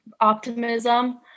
optimism